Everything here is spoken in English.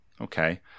Okay